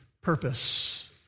purpose